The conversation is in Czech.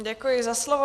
Děkuji za slovo.